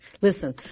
Listen